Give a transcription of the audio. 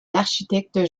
l’architecte